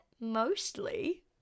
Mostly